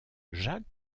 jacques